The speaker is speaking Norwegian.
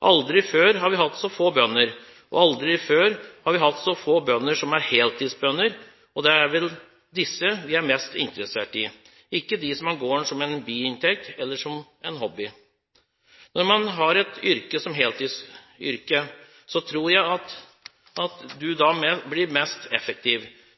Aldri før har vi hatt så få bønder, og aldri før har vi hatt så få bønder som er heltidsbønder, og det er vel disse vi er mest interessert i – ikke de som har gården som en biinntekt eller som hobby. Jeg tror du blir mest effektiv når du har et yrke som heltidsyrke.